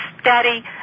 steady